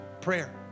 prayer